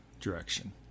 direction